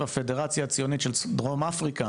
בפדרציה הציונית של דרום אפריקה